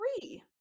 three